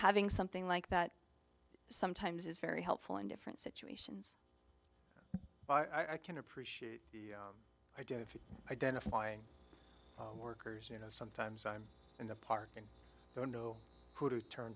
having something like that sometimes is very helpful in different situations but i can appreciate the idea of identifying workers you know sometimes i'm in the park and i don't know who to turn